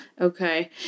okay